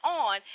on